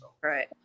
right